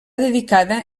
dedicada